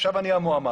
עכשיו אני המועמד,